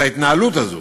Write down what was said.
את ההתנהלות הזו.